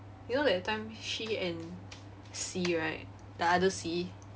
you know that time she and C right the other C